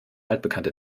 altbekannte